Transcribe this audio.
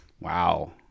wow